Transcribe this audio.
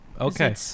okay